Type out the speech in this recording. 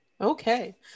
Okay